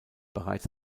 bereits